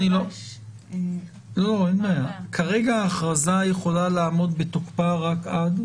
כרגע ההכרזה יכולה לעמוד בתוקפה עד?